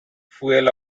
fuel